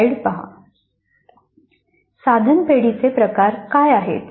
साधन पेढीचे प्रकार काय आहेत